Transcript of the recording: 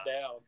down